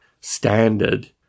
standard